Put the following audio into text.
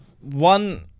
one